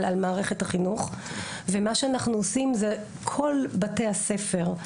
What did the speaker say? על מערכת החינוך ומה שאנחנו עושים זה כל בתי הספר,